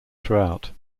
throughout